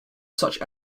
such